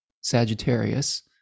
sagittarius